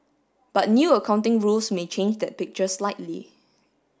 but new accounting rules may change that picture slightly